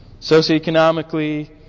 Socioeconomically